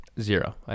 Zero